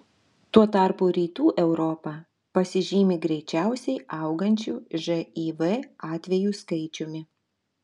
tuo tarpu rytų europa pasižymi greičiausiai augančiu živ atvejų skaičiumi